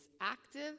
active